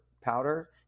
powder